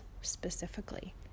specifically